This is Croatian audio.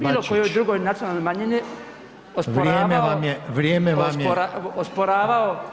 bilokojoj drugoj nacionalnoj manjini osporavao…